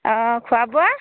অঁ খোৱা বোৱা